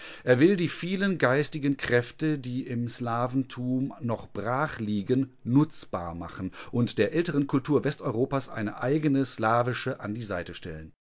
er will die vielen geistigen kräfte die im slaventum noch brach liegen nutzbar machen und der älteren kultur westeuropas eine eigene slavische an die seite stellen